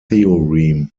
theorem